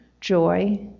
joy